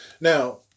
Now